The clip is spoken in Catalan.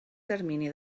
termini